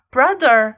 Brother